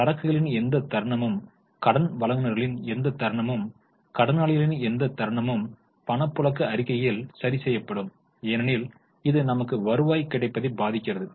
சரக்குகளின் எந்த தருணமும் கடன் வழங்குநர்களின் எந்த தருணமும் கடனாளிகளின் எந்த தருணமும் பணப்புழக்க அறிக்கையில் சரிசெய்யப்படும் ஏனெனில் இது நமக்கு வருவாய் கிடைப்பதை பாதிக்கிறது